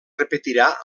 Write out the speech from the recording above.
repetirà